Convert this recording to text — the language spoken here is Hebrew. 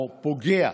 או פוגע,